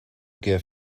gift